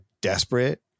desperate